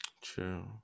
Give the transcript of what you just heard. True